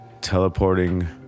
teleporting